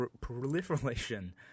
proliferation